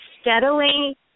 steadily